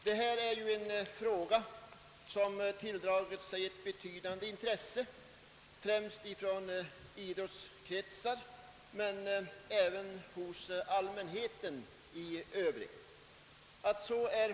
Det är en fråga som har tilldragit sig ett betydande intresse, främst i idrottskretsar men även hos den stora allmänheten.